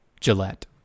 Gillette